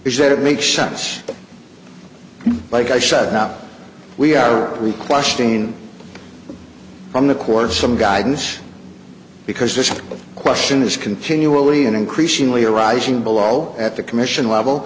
is that it makes sense like i said now we are requesting from the chord some guidance because this question is continually and increasingly arising below at the commission level